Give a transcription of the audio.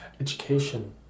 Education